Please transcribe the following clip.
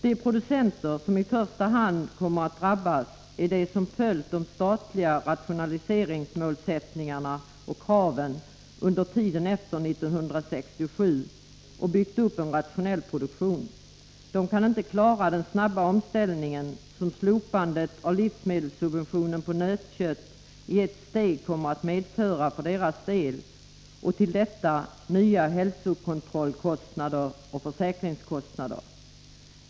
De producenter som i första hand kommer att drabbas är de som har följt de statliga rationaliseringsmålsättningarna och kraven under tiden efter 1967 och byggt upp en rationell produktion. De kan inte klara den snabba omställning som slopandet av livsmedelssubventionen på nötkött i ett steg kommer att medföra för deras del — och till detta nya hälsokontrollkostnader och försäkringskostnader.